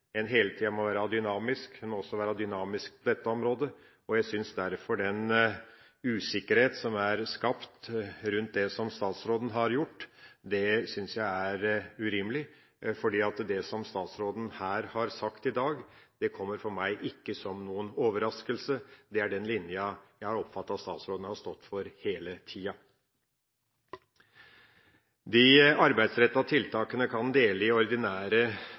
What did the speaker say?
må hele tida være dynamisk. En må også være dynamisk på dette området, og jeg syns derfor at den usikkerhet som er skapt rundt det som statsråden har gjort, er urimelig. For det som statsråden har sagt her i dag, kommer for meg ikke som noen overraskelse – det er den linja jeg har oppfattet at statsråden har stått for hele tida. De arbeidsrettede tiltakene kan vi dele i ordinære